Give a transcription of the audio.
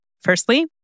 Firstly